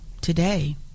today